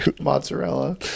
Mozzarella